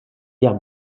guère